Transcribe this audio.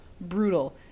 brutal